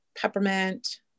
peppermint